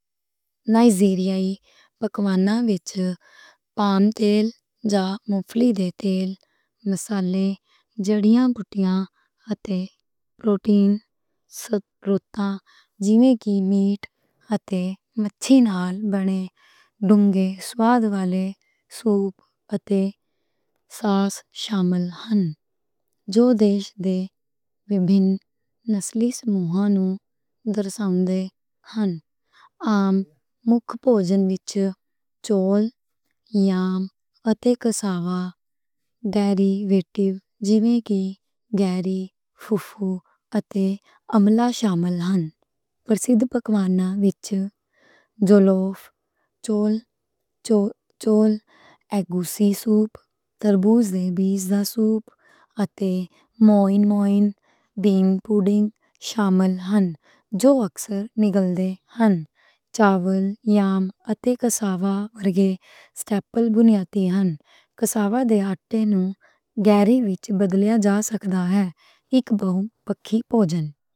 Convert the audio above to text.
نائجیرین پکوان وچ پام تیل اتے مفلّی دا تیل۔ مصالحے، جھڑیاں بُوٹیاں اتے پروٹین دے سُتر، جیویں کہ گوشت اتے مچھّی نال بنے ڈُنگے سواد والے سُوپ اتے ساس شامل ہن۔ جو دیش دے وکھرے نسلی سمُوآں نُوں دِکھاؤندے ہن۔ عام مکھ پوجن وچ چاول، یام اتے کساوا، ڈیری، ویٹ میل، جیویں کہ گیری، فُفُو اتے آمالا شامل ہن۔ پرسِد پکوان وچ جولوف، چاول، ایگوسی سُوپ، تربوز دے بیج دا سُوپ، اتے موئی موئی، بین پڈنگ شامل ہن۔ جو اکثر نگل دے ہن۔ چاول، یام اتے کساوا ورگے سٹیپل بُنیادی ہن۔ کساوا دے آٹے نُوں گیری وچ بدلیا جا سکدا ہے اک بہُت پَکّی پوجن۔